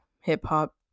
hip-hop